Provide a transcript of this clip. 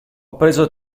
preso